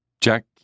Jack